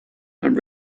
and